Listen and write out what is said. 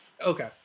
Okay